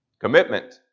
Commitment